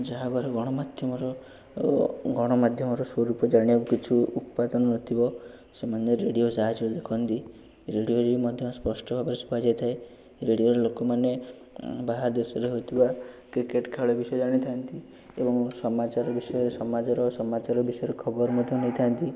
ଯାହା ଭାବରେ ଗଣମାଧ୍ୟମର ଓ ଗଣମାଧ୍ୟମର ସ୍ୱରୂପ ଜାଣୁ ବୁଝୁ ଉପାଦାନ ନଥିବ ସେମାନେ ରେଡ଼ିଓ ଯାହାସବୁ ଦେଖନ୍ତି ରେଡ଼ିଓରେ ମଧ୍ୟ ସ୍ପଷ୍ଟ ଭାବରେ ସୁଭା ଯାଇଥାଏ ରେଡ଼ିଓର ଲୋକମାନେ ବାହାରଦେଶର ହୋଇଥିବା କ୍ରିକେଟ୍ ଖେଳ ବିଷୟରେ ଜାଣିଥାନ୍ତି ଏବଂ ସମାଜର ବିଷୟ ସମାଜରେ ସମାଜର ବିଷୟରେ ଖବର ମଧ୍ୟ ନେଇଥାନ୍ତି